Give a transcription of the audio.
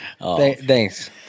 Thanks